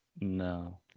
No